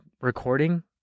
recording